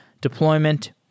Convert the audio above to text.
deployment